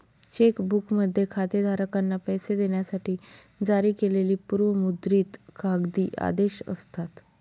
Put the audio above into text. check बुकमध्ये खातेधारकांना पैसे देण्यासाठी जारी केलेली पूर्व मुद्रित कागदी आदेश असतात